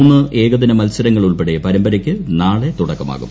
മൂന്ന് ഏകദിന മൽസരങ്ങൾ ഉൾപ്പെട്ട പരമ്പരയ്ക്ക് നാളെ തുടക്കമാകും